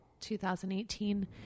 2018